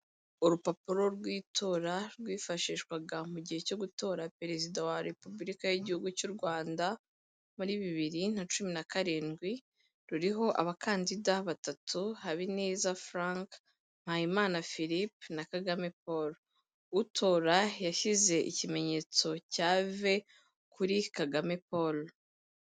Urupapuro rw'itora rwifashishwaga mu gihe cyo gutora perezida wa repubulika y'igihugu cy'u Rwanda muri bibiri na cumi na karindwi, ruriho abakandida batatu: Habineza Frank, Mpayimana Philippe na Kagame Paul. Utora yashyize ikimenyetso cya ve kuri Kagame Paul.